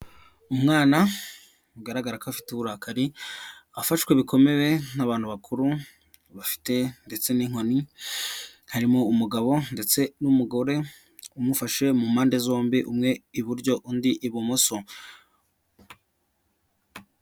Umwana bigaragara ko afite uburakari, afashwe bikomeye n'abantu bakuru bafite ndetse n'inkoni, harimo umugabo ndetse n'umugore umufashe mu mpande zombi umwe iburyo undi ibumoso.